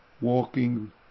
walking